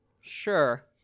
Sure